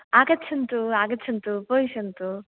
आगच्छन्तु आगच्छन्तु उपविशन्तु